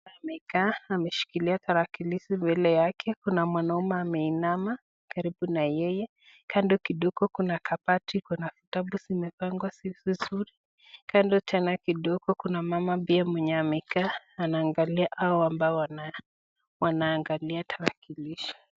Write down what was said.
Amekaa ameshikilia tarakilishi. Mbele yake kuna mwanaume ameinama karibu na yeye. Kando kidogo kuna kabati, kuna vitabu zimepangwa vizuri. Kando tena kidogo kuna mama pia mwenye amekaa anaangalia hao ambao wanaangalia tarakilishi.